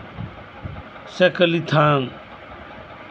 ᱥᱮ ᱠᱷᱟᱹᱞᱤ ᱛᱷᱟᱱ